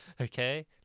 okay